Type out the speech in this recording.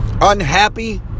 unhappy